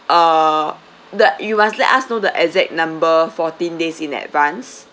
uh that you must let us know the exact number fourteen days in advance